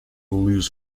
loose